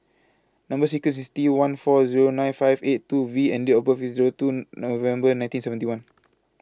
Number sequence IS T one four Zero nine five eight two V and Date of birth IS Zero two November nineteen seventy one